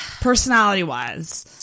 Personality-wise